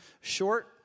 short